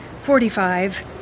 forty-five